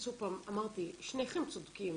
אמרתי, שניכם צודקים.